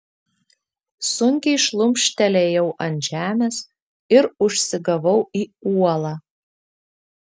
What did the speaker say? sunkiai šlumštelėjau ant žemės ir užsigavau į uolą